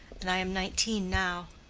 and i am nineteen now.